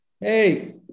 Hey